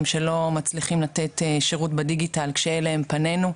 שלא מצליחים לתת שירות בדיגיטל כשאלה הם פנינו.